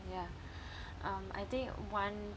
ya um I think one